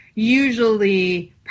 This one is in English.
Usually